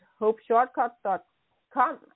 hopeshortcut.com